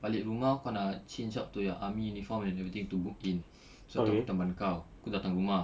balik rumah kau nak change out to your army uniform and everything to book in so aku teman kau aku datang rumah